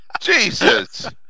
Jesus